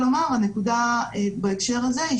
הנקודה בהקשר הזה,